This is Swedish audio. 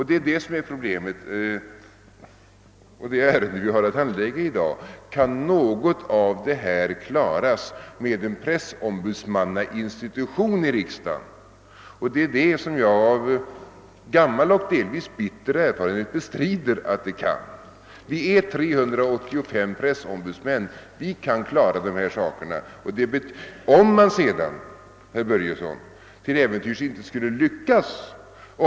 Det är det som är problemet och det ärende vi i dag har att handlägga. Kan något av detta klaras upp med hjälp av en pressombudsmannainstitution i riksdagen? Det är detta som jag av gammal och delvis bitter erfarenhet bestrider. Vi är 384 pressombudsmän. Vi själva kan klara dessa saker. Om man sedan, herr Börjesson i Falköping, till äventyrs inte skulle lyckas få en sak tillrättalagd är det beklagligt.